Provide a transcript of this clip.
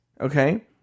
Okay